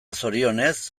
zorionez